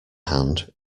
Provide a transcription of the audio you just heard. hand